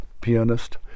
pianist